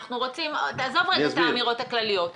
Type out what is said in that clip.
עזוב את האמירות הכלליות.